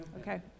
Okay